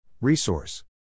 Resource